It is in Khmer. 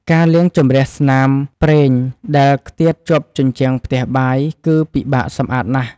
ការលាងជម្រះស្នាមប្រេងដែលខ្ទាតជាប់ជញ្ជាំងផ្ទះបាយ គឺពិបាកសម្អាតណាស់។